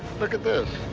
look at this.